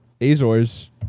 Azores